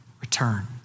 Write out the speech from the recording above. return